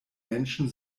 menschen